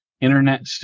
internet